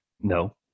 No